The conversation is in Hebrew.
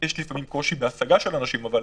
יש לפעמים קושי בהשגה של אנשים, אבל